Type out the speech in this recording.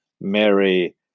Mary